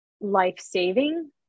life-saving